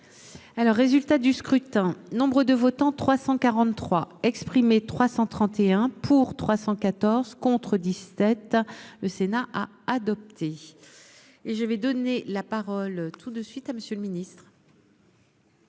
Alors résultat du scrutin. Nombre de votants 343 exprimés, 331 pour 314 contredisent tête le Sénat a adopté. Et je vais donner la parole tout de suite à monsieur le ministre.